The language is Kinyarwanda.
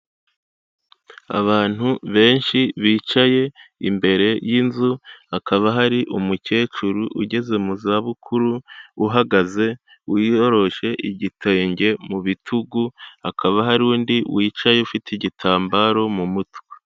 Abantu benshi bicaye imbere y'inzu, hakaba hari umukecuru ugeze mu za bukuru, uhagaze wiyoroshe igitenge mu bitugu, hakaba hari undi wicaye ufite igitambaro mu mutwe.